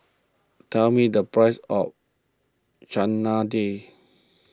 tell me the price of Chana Dal